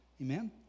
Amen